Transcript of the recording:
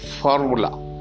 formula